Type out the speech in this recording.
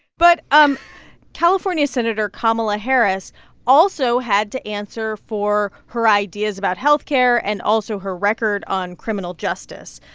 but um california senator kamala harris also had to answer for her ideas about health care and also her record on criminal justice.